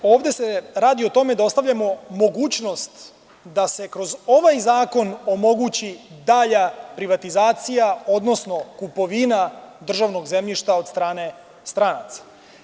Ovde se radi o tome da ostavljamo mogućnost da se kroz ovaj zakon omogući dalja privatizacija, odnosno kupovina državnog zemljišta od strane stranaca.